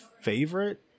favorite